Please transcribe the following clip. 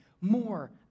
more